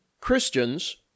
Christians